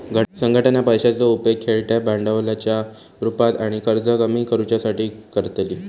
संघटना पैशाचो उपेग खेळत्या भांडवलाच्या रुपात आणि कर्ज कमी करुच्यासाठी करतली